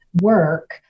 work